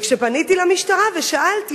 וכשפניתי למשטרה ושאלתי,